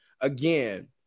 again